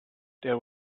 there